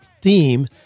theme